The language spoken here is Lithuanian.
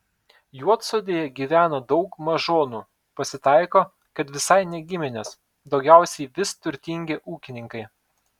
juodsodėje gyvena daug mažonų pasitaiko kad visai ne giminės daugiausiai vis turtingi ūkininkai